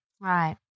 right